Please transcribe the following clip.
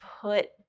put